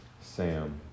Sam